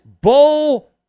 bull